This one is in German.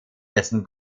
dessen